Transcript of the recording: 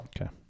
Okay